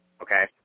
okay